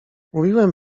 mówiłem